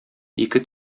ике